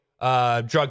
Drug